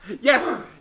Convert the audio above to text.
Yes